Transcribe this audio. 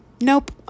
nope